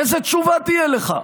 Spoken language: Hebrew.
איזו תשובה תהיה לך?